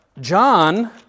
John